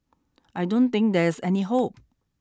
I don't think there is any hope